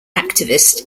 activist